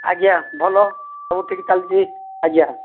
ଆଜ୍ଞା ଭଲ ସବୁ ଠିକ ଚାଲିଛି ଆଜ୍ଞା